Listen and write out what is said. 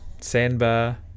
sandbar